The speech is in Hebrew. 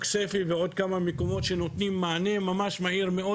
שנותנים מענה מהיר מאוד,